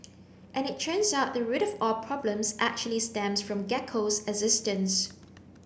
and it turns out the root of all problems actually stems from Gecko's existence